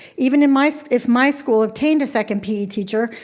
even if my so if my school obtained a second pe teacher,